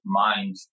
mind